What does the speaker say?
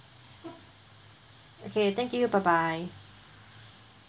okay thank you bye bye